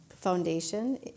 foundation